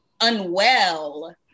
unwell